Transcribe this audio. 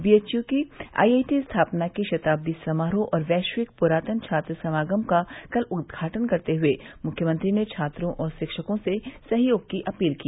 BHU की IIT स्थापना के शताब्दी समारोह और वैश्विक प्रातन छात्र समागम का कल उद्घाटन करते हुए मुख्यमंत्री ने छात्रों और शिक्षकों से सहयोग की अपील की